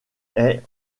est